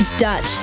Dutch